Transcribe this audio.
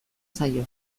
zaio